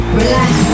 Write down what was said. relax